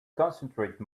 concentrate